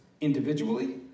individually